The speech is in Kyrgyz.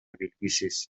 белгисиз